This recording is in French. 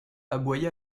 aboya